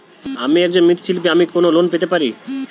আমি একজন মৃৎ শিল্পী আমি কি কোন লোন পেতে পারি?